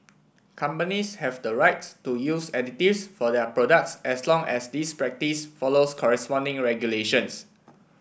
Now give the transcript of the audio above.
companies have the rights to use additives for their products as long as this practice follows corresponding regulations